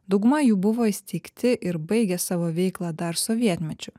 dauguma jų buvo įsteigti ir baigė savo veiklą dar sovietmečiu